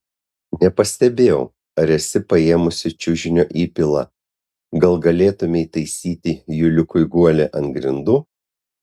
nepastebėjau ar esi paėmusi čiužinio įpilą gal galėtumei taisyti juliukui guolį ant grindų